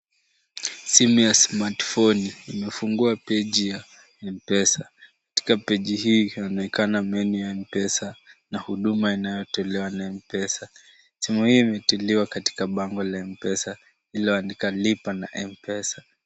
Simu ya Smartphone imefungua Page ya M-Pesa. Katika Page hii inaonekana Menu ya M-Pesa na huduma inayotolewa na M-Pesa. Simu hii imetolewa katika bango la M-Pesa lililoandikwa Lipa na M-Pesa.